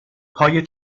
پای